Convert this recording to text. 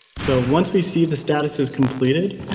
so once we see the status as completed,